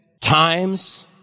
Times